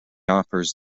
offers